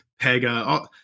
Pega